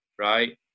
right